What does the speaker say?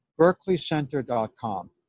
berkeleycenter.com